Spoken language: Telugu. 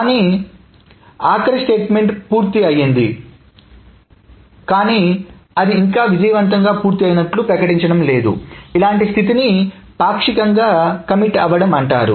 దాని యొక్క ఆఖరి స్టేట్మెంట్పూర్తయింది కానీ అది ఇంకా విజయవంతంగా పూర్తయినట్లు ప్రకటించడం లేదు ఇలాంటి స్థితిని పాక్షికంగా కమిట్ అవ్వడం అంటారు